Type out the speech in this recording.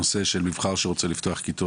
הנושא של מבחר שרוצה לפתוח כיתות.